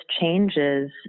changes